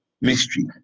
mystery